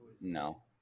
No